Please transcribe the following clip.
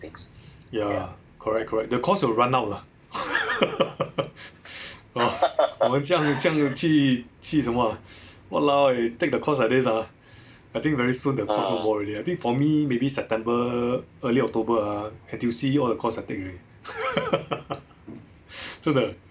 ya correct correct the course will run out lah hor 我们这样这样去去什么啊 walao eh take the course like this ah I think very soon the course no more already I think for me maybe september early october ah N_T_U_C all the course I take already 真的